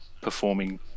performing